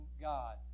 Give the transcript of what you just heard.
God